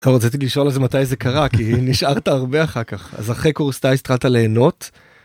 רציתי לשאול על זה מתי זה קרה כי היא נשארת הרבה אחר כך אז אחרי קורס טייס התחלת ליהנות.